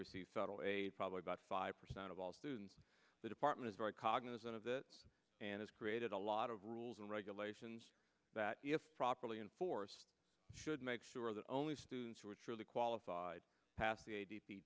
receive federal aid probably about five percent of all students the department is very cognizant of that and has created a lot of rules and regulations that if properly enforced should make sure that only students who are truly qualified pass the a